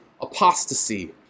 apostasy